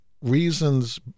reasons